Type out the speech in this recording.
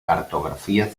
cartografía